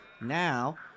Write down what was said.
Now